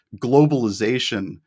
globalization